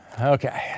Okay